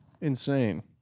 Insane